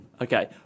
Okay